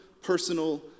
personal